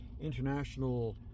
international